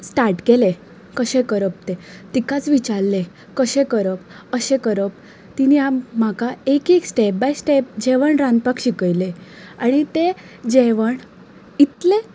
start केलें कशें करप तें तिकाच विचारलें कशें करप अशें तिणें आम म्हाका एक एक स्टेप बाय स्टेप जेवण रांदपाक शिकयलें आनी तें जेवण इतलें